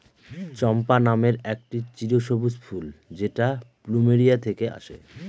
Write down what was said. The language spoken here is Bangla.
চম্পা নামের একটি চিরসবুজ ফুল যেটা প্লুমেরিয়া থেকে আসে